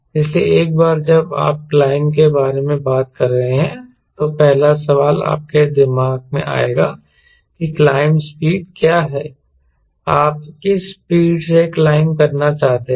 इसलिए एक बार जब आप क्लाइंब के बारे में बात कर रहे हैं तो पहला सवाल आपके दिमाग में आएगा कि क्लाइंब स्पीड क्या है आप किस स्पीड से क्लाइंब करना चाहते हैं